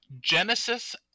Genesis